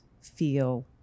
feel